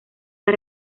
las